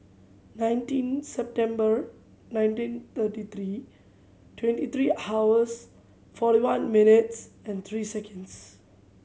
nineteen September nineteen thirty three twenty three hours four one minutes and three seconds